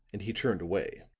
and he turned away.